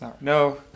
No